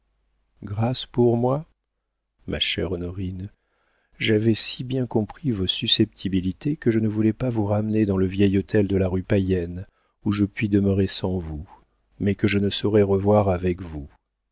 grâce pour moi ma chère honorine j'avais si bien compris vos susceptibilités que je ne voulais pas vous ramener dans le vieil hôtel de la rue payenne où je puis demeurer sans vous mais que je ne saurais revoir avec vous